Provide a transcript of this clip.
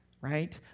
Right